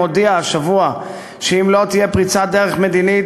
מודיע השבוע שאם לא תהיה פריצת דרך מדינית,